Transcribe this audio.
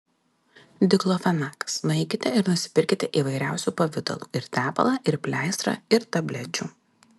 diklofenakas nueikite ir nusipirkite įvairiausių pavidalų ir tepalą ir pleistrą ir tablečių